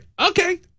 Okay